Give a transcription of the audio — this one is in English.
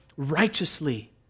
righteously